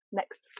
next